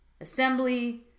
assembly